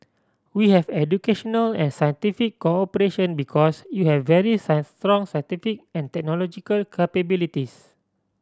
we have educational and scientific cooperation because you have very strong scientific and technological capabilities